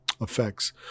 Effects